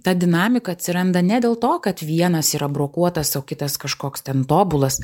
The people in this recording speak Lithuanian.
ta dinamika atsiranda ne dėl to kad vienas yra brokuotas o kitas kažkoks ten tobulas